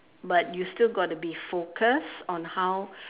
but you still got to be focused on how